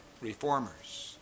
Reformers